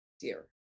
dear